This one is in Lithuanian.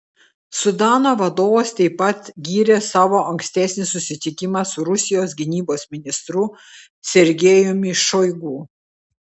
sudano vadovas taip pat gyrė savo ankstesnį susitikimą su rusijos gynybos ministru sergejumi šoigu